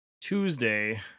Tuesday